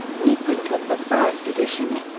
reprint of the first edition.